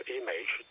image